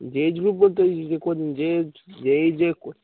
যে age group বলতে ঐ যে যে যে যে